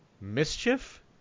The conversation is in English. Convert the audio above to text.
Mischief